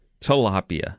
tilapia